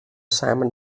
simon